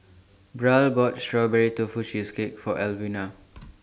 Brielle bought Strawberry Tofu Cheesecake For Alwina